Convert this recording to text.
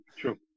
True